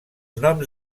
noms